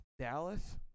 Dallas